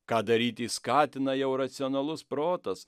ką daryti skatina jau racionalus protas